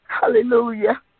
Hallelujah